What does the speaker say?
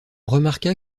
remarqua